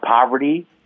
poverty